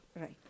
Right